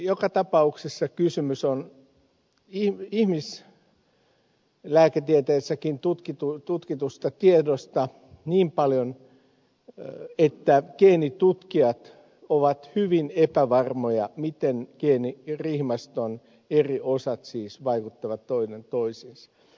joka tapauksessa kysymys on ihmislääketieteessäkin tutkitusta tiedosta niin paljon että geenitutkijat ovat hyvin epävarmoja miten geenirihmaston eri osat vaikuttavat toinen toisiinsa